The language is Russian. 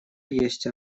есть